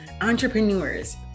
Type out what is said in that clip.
entrepreneurs